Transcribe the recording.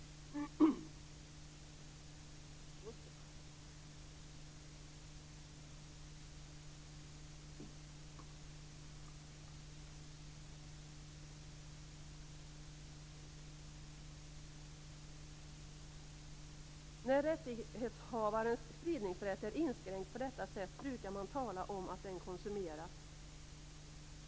När rättighetsinnehavarens spridningsrätt är inskränkt på detta sätt brukar man tala om att den konsumeras.